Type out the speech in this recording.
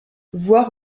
voir